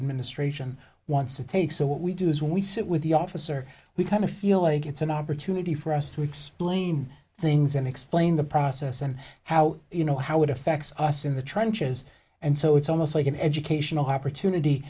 administration wants to take so what we do is we sit with the officer we kind of feel like it's an opportunity for us to explain things and explain the process and how you know how it affects us in the trenches and so it's almost like an educational opportunity